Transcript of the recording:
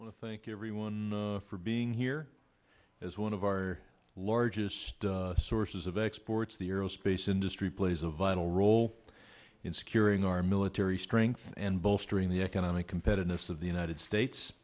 well thank you everyone for being here is one of our largest sources of exports the earl space industry plays a vital role in securing our military strength and bolstering the economic competitiveness of the united states